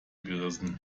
gerissen